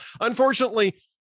Unfortunately